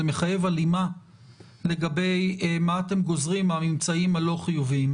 זה מחייב הלימה לגבי מה אתם גוזרים מהממצאים הלא חיוביים.